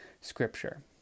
scripture